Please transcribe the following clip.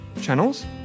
channels